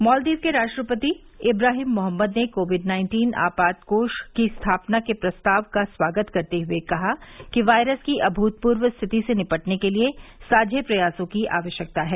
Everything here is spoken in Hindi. मॉलदीव के राष्ट्रपति इब्राहीम मोहम्मद ने कोविड नाइन्टीन आपात कोष की स्थापना के प्रस्ताव का स्वागत करते हुए कहा कि वायरस की अभूतपूर्व स्थिति से निपटने के लिए साझे प्रयासों की आवश्यकता है